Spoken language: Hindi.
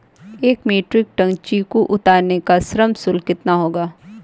एक मीट्रिक टन चीकू उतारने का श्रम शुल्क कितना होगा?